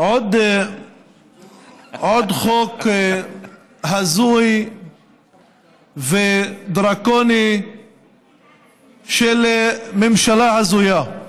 עוד חוק הזוי ודרקוני של ממשלה הזויה.